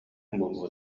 буолуо